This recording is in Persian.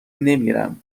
نمیرم